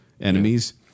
enemies